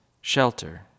shelter